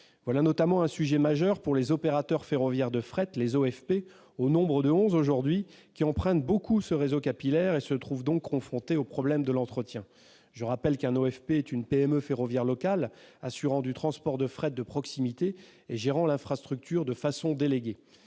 Voilà notamment un sujet majeur pour les opérateurs ferroviaires de proximité, les OFP, au nombre de onze aujourd'hui, qui empruntent beaucoup le réseau capillaire et se trouvent donc confrontés au problème de l'entretien. Je rappelle qu'un OFP est une PME ferroviaire locale assurant du transport de fret de proximité et gérant l'infrastructure de façon déléguée.